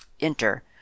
enter